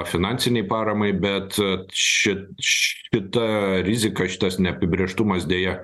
finansinei paramai bet ši šita rizika šitas neapibrėžtumas deja